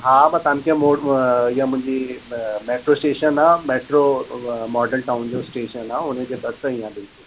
हा मां तव्हांखे म ईय मुंहिंजी मेट्रो स्टेशन आहे मेट्रो व मॉडल टाउन जो स्टेशन आहे उनजे भरिसां ई आहे बिल्कुलु